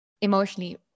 emotionally